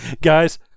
Guys